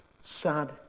sad